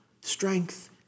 strength